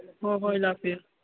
ꯍꯣꯏ ꯍꯣꯏ ꯂꯥꯛꯄꯤꯌꯨ